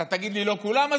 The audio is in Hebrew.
אתה תגיד לי: לא כולם.